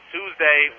Tuesday